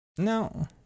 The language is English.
No